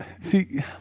See